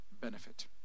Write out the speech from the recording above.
benefit